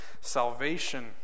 salvation